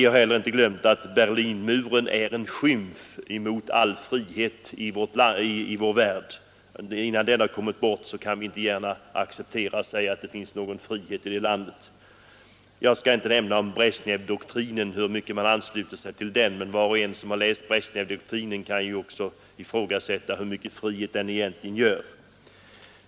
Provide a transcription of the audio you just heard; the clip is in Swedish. Inte heller har vi glömt Berlinmuren. Den är en skymf mot all frihet i vår värld. Innan den har kommit bort kan vi inte säga att det finns någon frihet i landet. Jag skall här inte nämna något om i vilken utsträckning man ansluter sig till Bresjnevdoktrinen. Var och en som har läst den doktrinen kan ju tänka sig hur mycket frihet den ger.